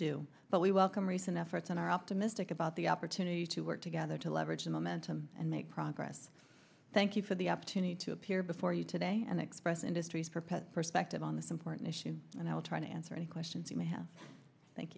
do but we welcome recent efforts and are optimistic about the opportunity to work together to leverage the momentum and make progress thank you for the opportunity to appear before you today and express industries prepared perspective on this important issue and i'll try to answer any questions you may have thank